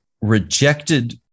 rejected